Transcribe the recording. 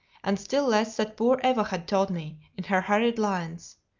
and still less that poor eva had told me in her hurried lines.